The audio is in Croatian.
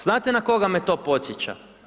Znate na koga me to podsjeća?